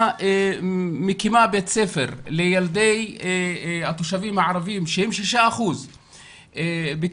מקימה בית ספר לילדי התושבים הערבים שהם 6% בכרמיאל,